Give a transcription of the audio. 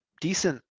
decent